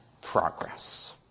progress